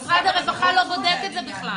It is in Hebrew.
משרד הרווחה בכלל לא בודק את זה.